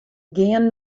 gean